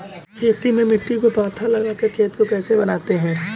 खेती में मिट्टी को पाथा लगाकर खेत को बनाते हैं?